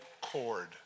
cord